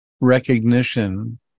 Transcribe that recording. recognition